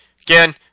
Again